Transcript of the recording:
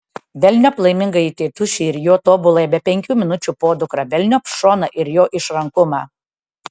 velniop laimingąjį tėtušį ir jo tobuląją be penkių minučių podukrą velniop šoną ir jo išrankumą